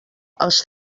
els